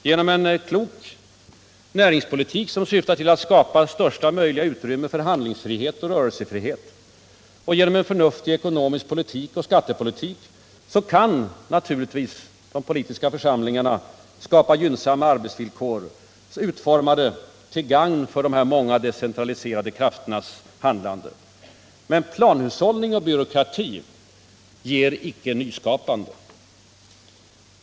Genom en klok näringspolitik, som syftar till att skapa största möjliga utrymme för handlingsfrihet och rörelsefrihet, och genom en förnuftig ekonomisk politik och skattepolitik kan naturligtvis de politiska församlingarna skapa gynnsamma arbetsvillkor till gagn för de decentraliserade krafternas handlande. Men planhushållning och byråkrati ger inte nyskapande.